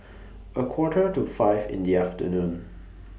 A Quarter to five in The afternoon